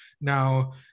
Now